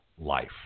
life